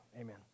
Amen